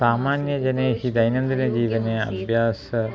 सामान्यजनैः दैनन्दिनजीवने अभ्यासः